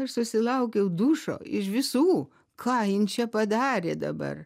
aš susilaukiau dušo iš visų ką jin čia padarė dabar